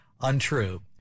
untrue